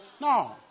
No